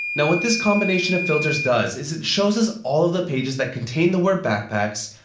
now what this combination of filters does, is it shows us all of the pages that contain the word backpacks,